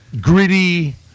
gritty